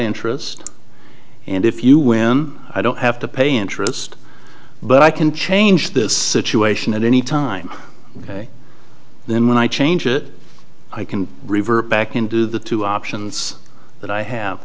interest and if you win i don't have to pay interest but i can change this situation at any time then when i change it i can revert back into the two options that i have